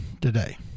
today